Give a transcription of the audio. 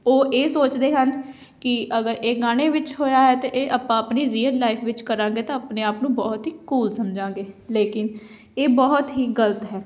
ਉਹ ਇਹ ਸੋਚਦੇ ਹਨ ਕਿ ਅਗਰ ਇਹ ਗਾਣੇ ਵਿੱਚ ਹੋਇਆ ਹੈ ਤਾਂ ਇਹ ਆਪਾਂ ਆਪਣੀ ਰੀਅਲ ਲਾਈਫ ਵਿੱਚ ਕਰਾਂਗੇ ਤਾਂ ਆਪਣੇ ਆਪ ਨੂੰ ਬਹੁਤ ਹੀ ਕੂਲ ਸਮਝਾਂਗੇ ਲੇਕਿਨ ਇਹ ਬਹੁਤ ਹੀ ਗਲਤ ਹੈ